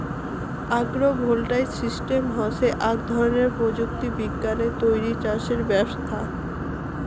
agro voltaic system হসে আক ধরণের প্রযুক্তি বিজ্ঞানে তৈরী চাষের ব্যবছস্থা